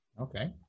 okay